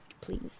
please